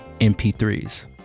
MP3s